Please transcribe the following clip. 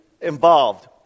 involved